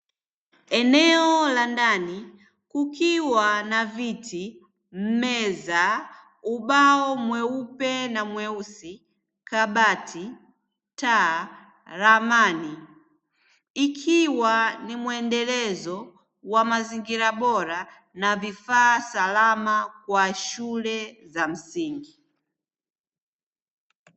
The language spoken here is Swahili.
Eneo la ndani kukiwa na viti, meza, ubao mweupe na mweusi, kabati, taa, ramani, ikiwa ni muendelezo wa mazingira bore na vifaa salama kwa shule za msingi.